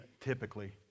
typically